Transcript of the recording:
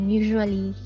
usually